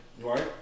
Right